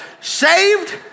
Saved